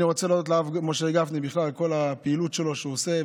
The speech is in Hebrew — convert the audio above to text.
אני רוצה להודות לרב משה גפני בכלל על כל הפעילות שהוא עושה.